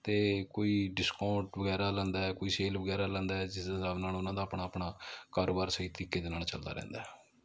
ਅਤੇ ਕੋਈ ਡਿਸਕਾਊਂਟ ਵਗੈਰਾ ਲੈਂਦਾ ਹੈ ਕੋਈ ਸੇਲ ਵਗੈਰਾ ਲੈਂਦਾ ਜਿਸ ਹਿਸਾਬ ਨਾਲ ਉਹਨਾਂ ਦਾ ਆਪਣਾ ਆਪਣਾ ਕਾਰੋਬਾਰ ਸਹੀ ਤਰੀਕੇ ਦੇ ਨਾਲ ਚੱਲਦਾ ਰਹਿੰਦਾ